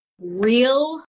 real